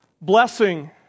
blessing